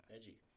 Edgy